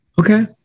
Okay